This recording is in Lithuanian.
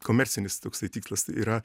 komercinis toksai tikslas yra